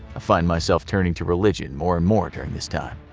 ah find myself turning to religion more and more during this time.